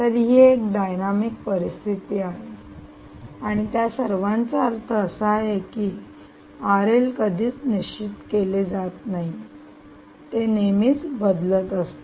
तर ही एक डायनामिक परिस्थिती आहे आणि त्या सर्वांचा अर्थ असा की हे कधीच निश्चित केले जात नाही की ते नेहमीच बदलत असते